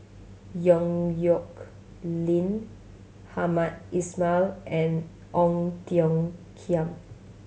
Yong Nyuk Lin Hamed Ismail and Ong Tiong Khiam